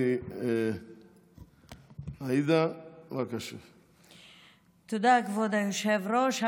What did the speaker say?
תודה, כבוד היושב-ראש.